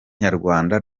nyarwanda